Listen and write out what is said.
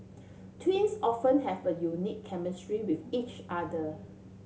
twins often have a unique chemistry with each other